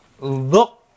look